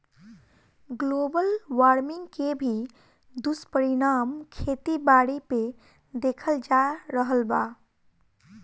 global warming के भी दुष्परिणाम खेती बारी पे देखल जा रहल बा